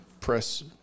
press